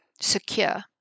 secure